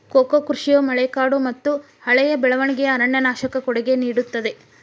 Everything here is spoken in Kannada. ಕೋಕೋ ಕೃಷಿಯು ಮಳೆಕಾಡುಮತ್ತುಹಳೆಯ ಬೆಳವಣಿಗೆಯ ಅರಣ್ಯನಾಶಕ್ಕೆ ಕೊಡುಗೆ ನೇಡುತ್ತದೆ